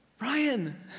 Ryan